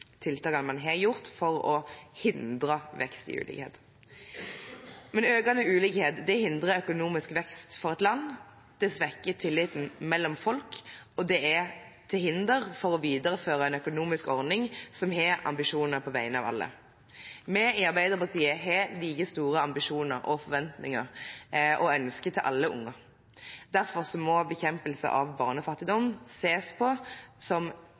tiltakene man har gjort for å hindre vekst i ulikhetene. Økende ulikheter hindrer økonomisk vekst for et land, det svekker tilliten mellom folk, og det er til hinder for å videreføre en økonomisk ordning som har ambisjoner på vegne av alle. Vi i Arbeiderpartiet har like store ambisjoner, forventninger og ønsker når det gjelder alle barn. Derfor må bekjempelse av barnefattigdom ses på som